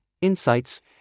insights